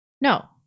No